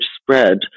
spread